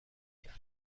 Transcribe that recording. کرد